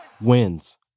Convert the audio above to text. wins